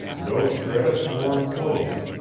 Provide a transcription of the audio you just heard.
no shred of torn clothing,